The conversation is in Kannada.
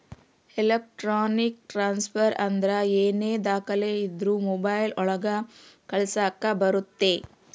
ಎಲೆಕ್ಟ್ರಾನಿಕ್ ಟ್ರಾನ್ಸ್ಫರ್ ಅಂದ್ರ ಏನೇ ದಾಖಲೆ ಇದ್ರೂ ಮೊಬೈಲ್ ಒಳಗ ಕಳಿಸಕ್ ಬರುತ್ತೆ